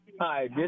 Hi